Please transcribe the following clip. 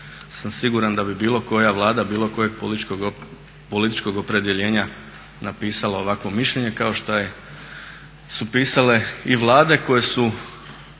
sam siguran da bi bilo koja Vlada bilo kojeg političkog opredjeljenja napisala ovakvo mišljenje kao što su pisale i Vlade koje su